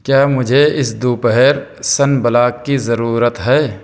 کیا مجھے اس دوپہر سن بلاک کی ضرورت ہے